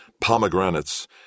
pomegranates